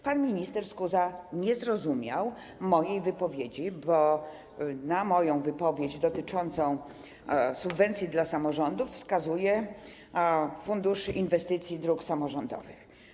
Pan Minister Skuza nie zrozumiał mojej wypowiedzi, bo na moją wypowiedź dotyczącą subwencji dla samorządów wskazuje fundusz inwestycji dróg samorządowych.